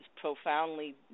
profoundly